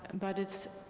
but it's,